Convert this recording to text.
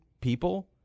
people